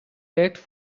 begged